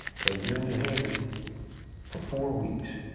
so, you're in new haven for four weeks.